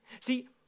See